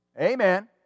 Amen